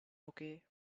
okay